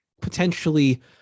potentially